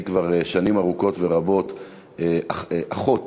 היא כבר שנים ארוכות ורבות אחות